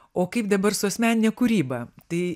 o kaip dabar su asmenine kūryba tai